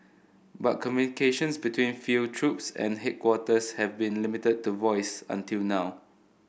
but communications between field troops and headquarters have been limited to voice until now